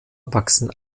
wachsen